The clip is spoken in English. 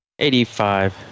85